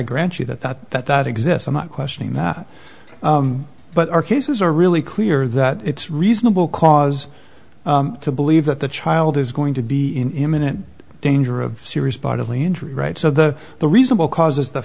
grant you that that that that exists i'm not questioning that but our cases are really clear that it's reasonable cause to believe that the child is going to be in imminent danger of serious bodily injury right so the the reasonable cause is the